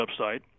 website